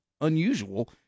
unusual